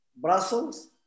Brussels